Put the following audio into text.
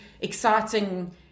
exciting